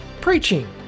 preaching